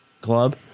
Club